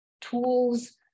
tools